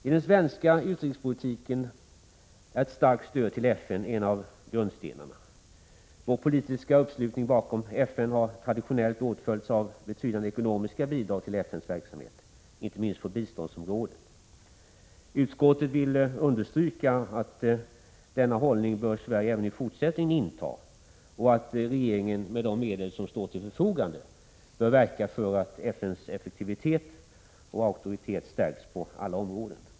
I den svenska utrikespolitiken är ett starkt stöd till FN en av grundstenarna. Vår politiska uppslutning bakom FN har traditionellt åtföljts av betydande ekonomiska bidrag till FN:s verksamhet, inte minst på biståndsområdet. Utskottet vill understryka att denna hållning bör Sverige även i fortsättningen inta och att regeringen med de medel som står till förfogande bör verka för att FN:s effektivitet och auktoritet stärks på alla områden.